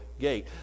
gate